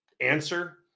answer